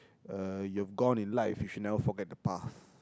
uh you have gone in life you should never forget the path